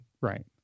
right